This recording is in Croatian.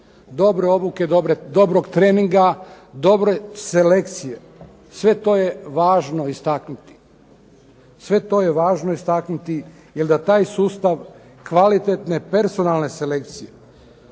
dobre odluke, dobrog treninga, dobre selekcije. Sve to je važno istaknuti. Sve to je važno istaknuti jer da taj sustav kvalitetne personalne selekcije,